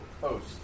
post